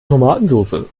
tomatensoße